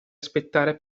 aspettare